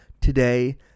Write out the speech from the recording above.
today